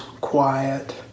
quiet